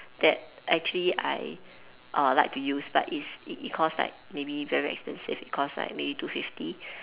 that actually I uh like to use but is it it cost like maybe very expensive it cost like maybe two fifty